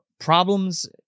problems